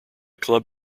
club